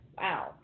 wow